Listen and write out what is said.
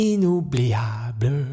Inoubliable